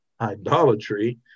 idolatry